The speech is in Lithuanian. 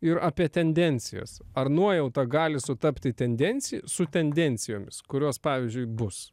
ir apie tendencijas ar nuojauta gali sutapti tendenciju su tendencijomis kurios pavyzdžiui bus